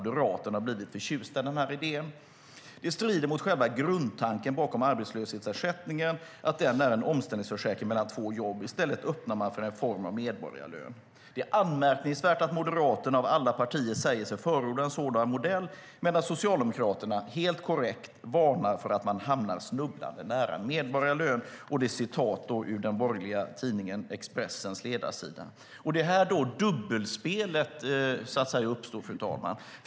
har blivit förtjusta i idén." Vidare sägs i artikeln att "det strider mot själva grundtanken bakom arbetslöshetsersättningen - att den är en omställningsförsäkring mellan två jobb. I stället öppnar man för en form av medborgarlön. - Det är anmärkningsvärt att Moderaterna av alla partier säger sig förorda en sådan modell medan Socialdemokraterna helt korrekt varnar för att 'man hamnar snubblande nära en medborgarlön'." Det är alltså citat från den borgerliga tidningen Expressens ledarsida. Det är här dubbelspelet uppstår, fru talman.